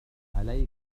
عليك